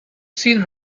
seen